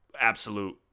absolute